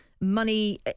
Money